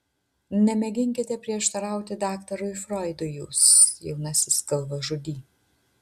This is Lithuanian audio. nemėginkite prieštarauti daktarui froidui jūs jaunasis galvažudy